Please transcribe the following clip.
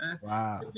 Wow